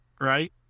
right